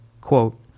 quote